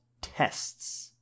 tests